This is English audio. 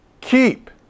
keep